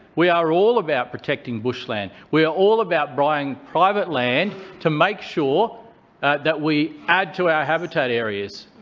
we are all about protecting bushland. we are all about buying private land to make sure that we add to our habitat areas.